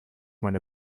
meiner